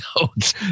notes